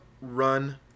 run